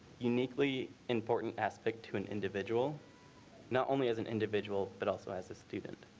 uniquely important aspect to an individual not only as an individual, but also as a student.